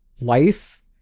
life